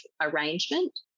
arrangement